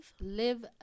live